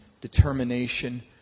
determination